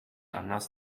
anders